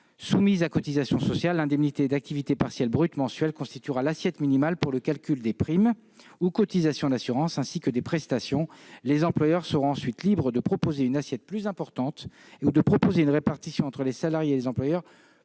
soumise à cotisations sociales. L'indemnité d'activité partielle brute mensuelle constituera l'assiette minimale pour le calcul des primes ou cotisations d'assurance, ainsi que des prestations. Les employeurs seront ensuite libres de proposer une assiette plus importante et de proposer une répartition entre les salariés et les employeurs